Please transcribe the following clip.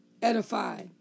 edify